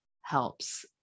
helps